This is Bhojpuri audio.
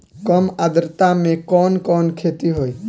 कम आद्रता में कवन कवन खेती होई?